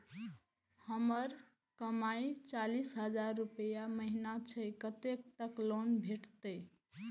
हमर कमाय चालीस हजार रूपया महिना छै कतैक तक लोन भेटते?